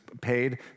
paid